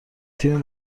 تیم